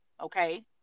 okay